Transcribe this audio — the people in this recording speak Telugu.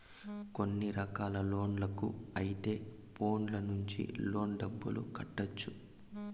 కొన్ని రకాల లోన్లకు అయితే ఫోన్లో నుంచి లోన్ డబ్బులు కట్టొచ్చు